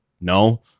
no